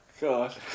god